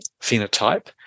phenotype